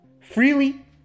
freely